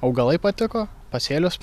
augalai patiko pasėlius